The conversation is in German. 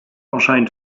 erscheint